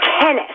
tennis